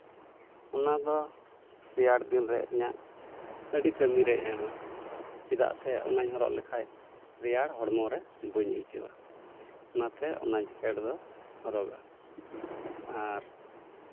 ᱚᱱᱟ ᱫᱚ ᱨᱮᱭᱟᱲ ᱫᱤᱱᱨᱮ ᱤᱧᱟᱹᱜ ᱟᱹᱰᱤ ᱠᱟᱹᱢᱤᱨᱮ ᱮᱢᱟ ᱪᱮᱫᱟᱜ ᱥᱮ ᱚᱱᱟᱧ ᱦᱚᱨᱚᱜ ᱞᱮᱠᱷᱟᱱ ᱨᱮᱭᱟᱲ ᱦᱚᱲᱢᱚ ᱨᱮ ᱵᱟᱹᱧ ᱟᱹᱭᱠᱟᱣᱟ ᱚᱱᱟᱛᱮ ᱚᱱᱟᱧ ᱡᱮᱠᱮᱴ ᱫᱚ ᱦᱚᱨᱚᱜᱟ ᱟᱨ